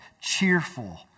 cheerful